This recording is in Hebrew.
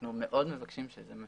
אנחנו מאוד מבקשים שזה מה